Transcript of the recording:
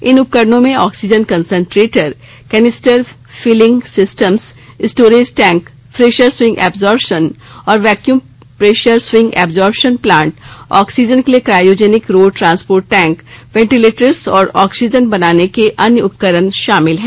इन उपकरणों में oxygen concentrator canister filling systems storage tank pressure swing absorption और vacuum pressure swing absorption plant oxygen के लिए cryogenic road transport tank ventilators और oxygen बनाने के अन्य उपकरण शामिल हैं